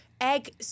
egg